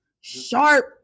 sharp